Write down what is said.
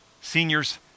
seniors